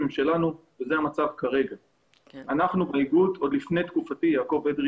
אנחנו באיגוד, עוד לפני תקופתי - יעקב אדרי